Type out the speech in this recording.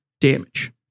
damage